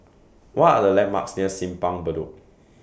What Are The landmarks near Simpang Bedok